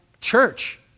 church